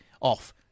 off